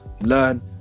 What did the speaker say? learn